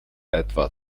etwa